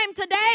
today